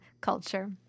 culture